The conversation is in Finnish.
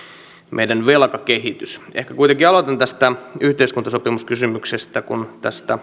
meidän velkakehityksemme ehkä kuitenkin aloitan tästä yhteiskuntasopimuskysymyksestä kun